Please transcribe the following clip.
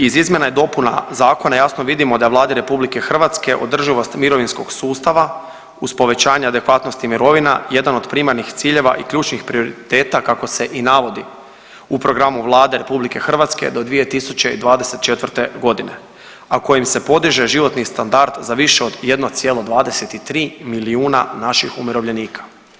Iz izmjena i dopuna zakona jasno vidimo da Vladi RH održivost mirovinskog sustava uz povećanje adekvatnosti mirovina jedan od primarnih ciljeva i ključnih prioriteta kako se i navodi u programu Vlade RH do 2024.g., a kojim se podiže životni standard za više od 1,23 milijuna naših umirovljenika.